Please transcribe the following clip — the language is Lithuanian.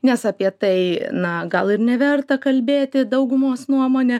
nes apie tai na gal ir neverta kalbėti daugumos nuomone